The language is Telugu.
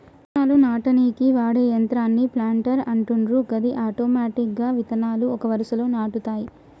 విత్తనాలు నాటనీకి వాడే యంత్రాన్నే ప్లాంటర్ అంటుండ్రు గది ఆటోమెటిక్గా విత్తనాలు ఒక వరుసలో నాటుతాయి